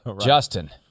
Justin